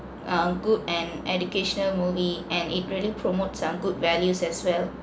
err good and educational movie and it really promote some good values as well